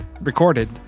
recorded